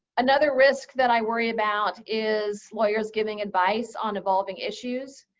another risk that i worry about is lawyers giving advice on evolving issues.